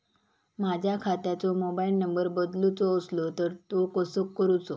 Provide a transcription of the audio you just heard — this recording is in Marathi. माझ्या खात्याचो मोबाईल नंबर बदलुचो असलो तर तो कसो करूचो?